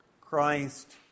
Christ